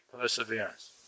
perseverance